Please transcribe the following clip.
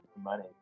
money